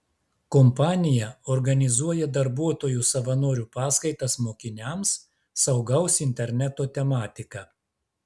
kompanija organizuoja darbuotojų savanorių paskaitas mokiniams saugaus interneto tematika